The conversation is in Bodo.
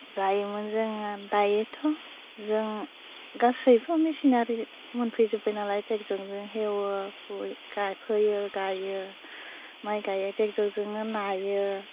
जायोमोन जोङो दायोथ' जों गासैबो मिचिन आरि मोनफैजोब्बाय नालाय टेकजोंनो हेवो हुइ गाय फोयो गायो माय गायो टेक्टरजोंनो नायो